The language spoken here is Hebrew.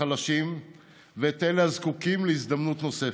החלשים ואת אלה הזקוקים להזדמנות נוספת.